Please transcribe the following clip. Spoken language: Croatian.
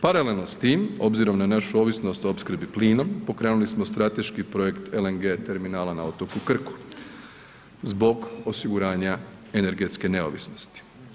Paralelno s tim, obzirom na našu ovisnost o opskrbi plinom pokrenuli smo strateški Projekt LNG terminala na otoku Krku zbog osiguranja energetske neovisnosti.